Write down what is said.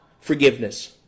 forgiveness